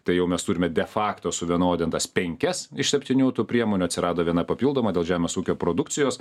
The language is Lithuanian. tai jau mes turime de fakto suvienodintas penkias iš septynių tų priemonių atsirado viena papildoma dėl žemės ūkio produkcijos